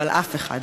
אבל אף אחד,